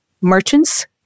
merchants